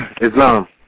Islam